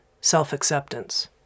self-acceptance